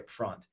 upfront